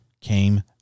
came